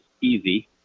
easy